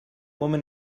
woman